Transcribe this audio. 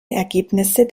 ergebnisse